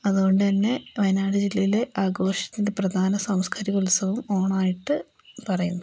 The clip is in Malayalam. അതുകൊണ്ട് തന്നെ വയനാട് ജില്ലയിലെ ആഘോഷത്തിൻ്റെ പ്രധാന സാംസ്കാരിക ഉത്സവം ഓണം ആയിട്ട് പറയുന്നു